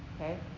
Okay